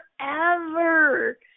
forever